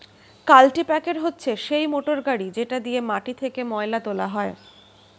কাল্টিপ্যাকের হচ্ছে সেই মোটর গাড়ি যেটা দিয়ে মাটি থেকে ময়লা তোলা হয়